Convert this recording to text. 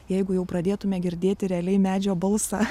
jeigu jau pradėtume girdėti realiai medžio balsą